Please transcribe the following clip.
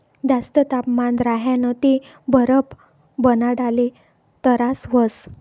जास्त तापमान राह्यनं ते बरफ बनाडाले तरास व्हस